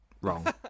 wrong